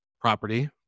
property